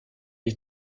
les